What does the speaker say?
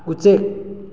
ꯎꯆꯦꯛ